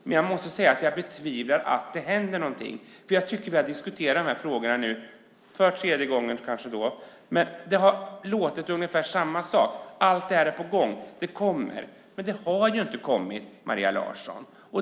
Men jag måste säga att jag betvivlar att det händer något. Jag tror att det här är tredje gången vi diskuterar de här frågorna, och varje gång har det låtit på ungefär samma sätt. Alltid är det på gång. Det kommer. Men det har ju inte kommit, Maria Larsson!